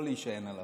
הוא יחזיק מעמד.